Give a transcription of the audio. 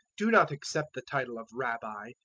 do not accept the title of rabbi,